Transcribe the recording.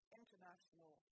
international